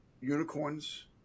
unicorns